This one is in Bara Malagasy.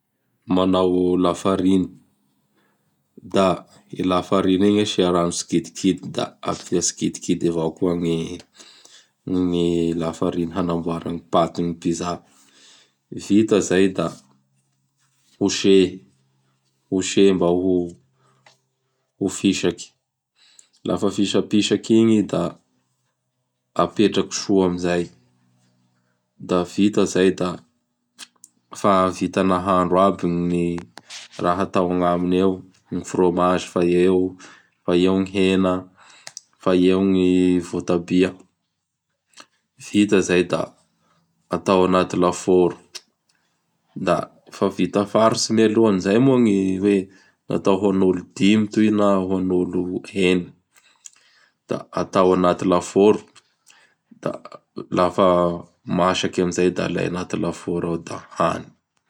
Manao Lafarine; da i Lafarine igny asia rano tsikidikidy; da asia tsikidikidy avao koa gny gny Lafarine hanamboara gny patin'ny Pizza. Vita izay da hosehy, hosehy mba ho fisaky. Lafa fisapisaky igny i da apetraky soa amin'izay; da vita izay da fa vita nahandro aby gny raha atao agnaminy eo: gny fromage fa eo, fa eo ñy hena, fa eo ñy votabia. Vita izay da atao añaty lafôro; da fa vita faritsy mialohan'izay moa gny hoe: "atao ho an'olo dimy toy na ho an'olo eny "Da atao anaty lafôro da lafa masaky amin'izay da alay agnaty lafôro ao da hany.